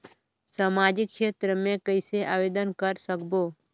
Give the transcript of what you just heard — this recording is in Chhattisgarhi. समाजिक क्षेत्र मे कइसे आवेदन कर सकबो?